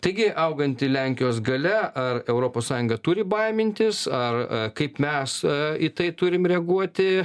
taigi auganti lenkijos galia ar europos sąjunga turi baimintis ar kaip mes į tai turim reaguoti